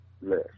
less